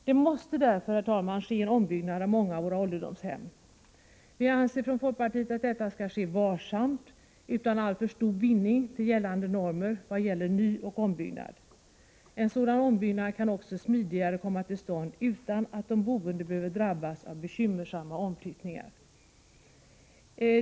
Det måste därför, herr talman, ske en ombyggnad av många av våra ålderdomshem. Vi anser från folkpartiet att detta skall göras varsamt, utan alltför stor bindning till gällande normer vad gäller nyoch ombyggnad. En sådan ombyggnad kan också smidigare komma till stånd utan att de boende behöver drabbas av bekymmersamma omflyttningar.